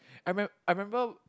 I remem~ I remember